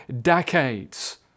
decades